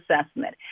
Assessment